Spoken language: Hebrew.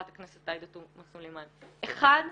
אחד,